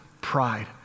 pride